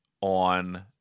on